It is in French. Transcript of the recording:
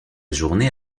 journée